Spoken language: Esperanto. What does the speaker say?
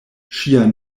ŝia